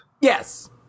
Yes